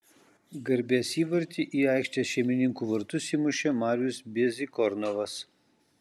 garbės įvartį į aikštės šeimininkų vartus įmušė marius bezykornovas